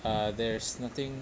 uh there's nothing